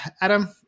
Adam